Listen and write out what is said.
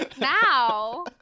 now